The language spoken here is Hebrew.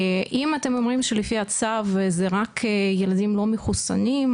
אם אתם אומרים שלפי הצו זה רק ילדים לא מחוסנים,